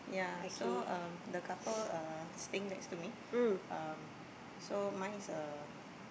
yeah so um the couple uh staying next to me um so mine is a